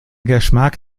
geschmack